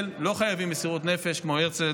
לא חייבים מסירות נפש כמו הרצל,